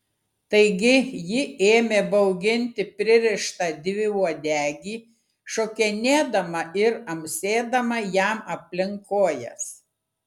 taigi ji ėmė bauginti pririštą dviuodegį šokinėdama ir amsėdama jam aplink kojas